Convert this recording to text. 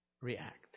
react